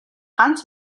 ганц